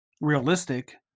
realistic